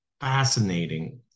fascinating